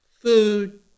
food